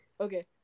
Okay